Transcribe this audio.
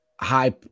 High